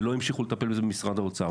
ולא המשיכו לטפל בזה במשרד האוצר.